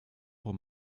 pour